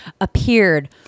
appeared